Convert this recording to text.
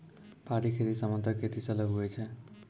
पहाड़ी खेती समान्तर खेती से अलग हुवै छै